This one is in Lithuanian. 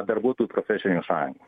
darbuotojų profesinių sąjungų